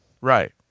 right